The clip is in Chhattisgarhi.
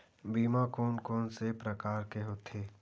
बीमा कोन कोन से प्रकार के होथे?